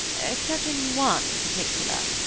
except in one particular.